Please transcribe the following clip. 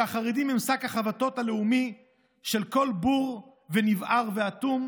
שהחרדים הם שק החבטות הלאומי של כל בור ונבער ואטום,